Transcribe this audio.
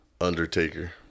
Undertaker